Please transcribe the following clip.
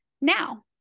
now